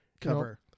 cover